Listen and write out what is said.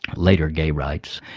later gay rights,